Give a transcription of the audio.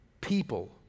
People